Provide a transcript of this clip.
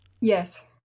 Yes